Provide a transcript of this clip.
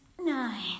nine